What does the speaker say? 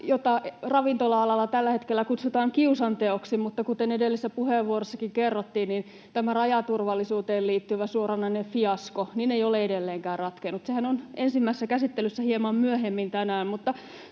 mitä ravintola-alalla tällä hetkellä kutsutaan kiusanteoksi, mutta kuten edellisessä puheenvuorossakin kerrottiin, tämä rajaturvallisuuteen liittyvä suoranainen fiasko ei ole edelleenkään ratkennut. Sehän on ensimmäisessä käsittelyssä hieman myöhemmin tänään.